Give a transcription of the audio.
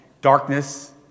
darkness